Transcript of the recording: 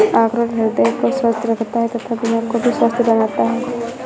अखरोट हृदय को स्वस्थ रखता है तथा दिमाग को भी स्वस्थ बनाता है